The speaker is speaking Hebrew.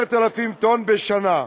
כ-10,000 טונות בשנה.